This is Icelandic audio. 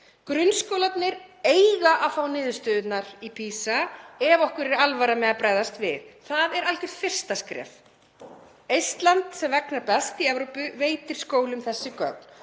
Grunnskólarnir eiga að fá niðurstöðurnar í PISA ef okkur er alvara með að bregðast við. Það er algjört fyrsta skref. Eistland, sem vegnar best í Evrópu, veitir skólum þessi gögn.